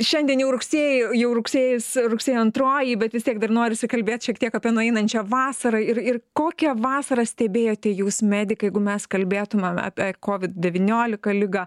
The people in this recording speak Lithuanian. šiandien rugsėj jau rugsėjis rugsėjo antroji bet vis tiek dar norisi kalbėt šiek tiek apie nueinančią vasarą ir ir kokią vasarą stebėjote jūs medikai jeigu mes kalbėtumėm apie covid devyniolika ligą